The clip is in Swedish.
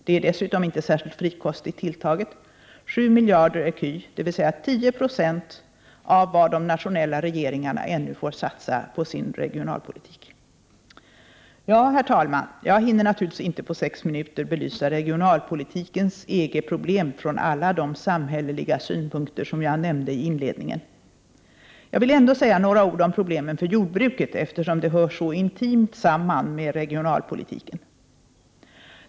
Det är dessutom inte särskilt frikostigt tilltaget: 7 miljarder ECU, dvs. 10 96 av vad de nationella regeringarna ännu får satsa på sin regionalpolitik. Herr talman! Jag hinner naturligtvis inte på sex minuter belysa regionalpolitikens EG-problem från alla de samhälleliga synpunkter som jag nämnde i inledningen. Jag vill ändå säga några ord om problemen för jordbruket, eftersom de hör så intimt samman med regionalpolitiken.